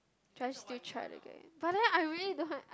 joyce still tried again but then I really don't want